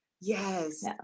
yes